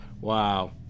Wow